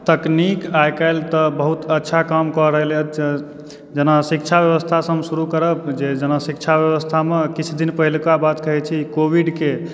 तकनीक आइ काल्हि तऽ बहुत अच्छा काम कऽ रहल हँ जेना शिक्षा व्यवस्थासँ हम शुरु करब जे जेना शिक्षा व्यवस्थामऽ किछु दिन पहिलका बात कहैत छी कोविडके